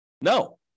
No